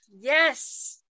Yes